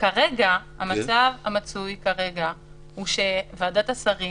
המצב המצוי כרגע הוא שוועדת השרים